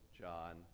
John